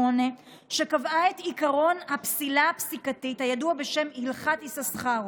שקבעה את עקרון הפסילה הפסיקתית הידוע בשם "הלכת יששכרוב".